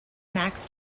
max